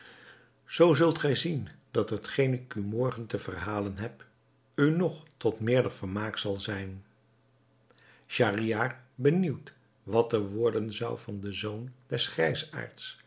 zoo zult gij zien dat hetgeen ik u morgen te verhalen heb u nog tot meerder vermaak zal zijn schahriar benieuwd wat er worden zou van den zoon des grijsaards